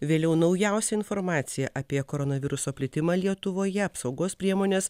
vėliau naujausią informaciją apie koronaviruso plitimą lietuvoje apsaugos priemones